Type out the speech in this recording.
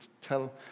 tell